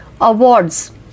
awards